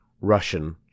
Russian